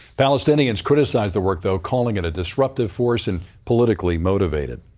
palestinians criticized the work, though, calling it a disruptive force and politically motivated.